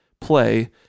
play